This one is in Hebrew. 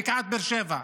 בקעת באר שבע.